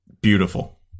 Beautiful